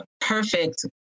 perfect